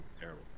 terrible